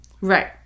Right